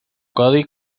codi